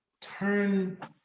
turn